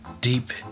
deep